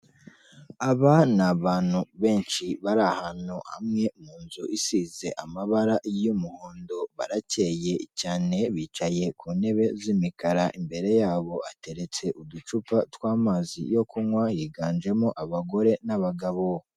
Aba ni abantu benshi bari ahantu hamwe mu nzu isize amabara y'umuhondo, baracyeye cyane bicaye ku ntebe z'imikara, imbere yabo hateretse uducupa tw'amazi yo kunywa, yiganjemo abagore n'abagabo.